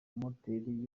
moteri